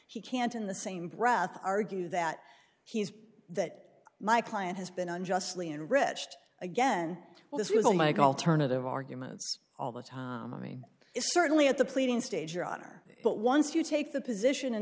he can't in the same breath argue that he's that my client has been unjustly enriched again this will make alternative arguments all the time i mean it's certainly at the pleading stage your honor but once you take the position